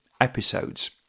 episodes